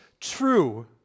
True